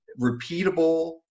repeatable